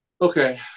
okay